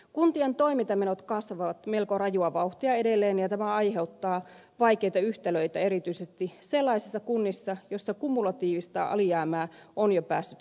kuntien toimintamenot kasvavat melko rajua vauhtia edelleen ja tämä aiheuttaa vaikeita yhtälöitä erityisesti sellaisissa kunnissa joissa kumulatiivista alijäämää on jo päässyt kertymään